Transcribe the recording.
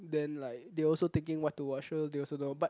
then like they also thinking what to watch so they also don't know but